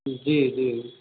जी जी